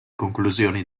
conclusioni